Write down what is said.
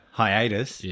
hiatus